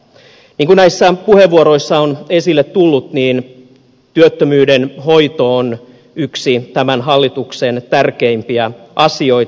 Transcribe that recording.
niin kuin näissä puheenvuoroissa on esille tullut työttömyyden hoito on yksi tämän hallituksen tärkeimpiä asioita